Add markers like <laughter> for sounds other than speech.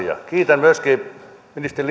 kiitän myöskin ministeri <unintelligible>